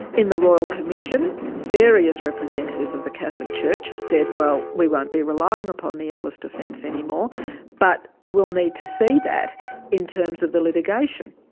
in the royal commission, various representatives of the catholic church have said, well, we won't be relying upon the ellis defence anymore but we will need to see that in terms of the litigation.